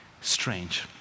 strange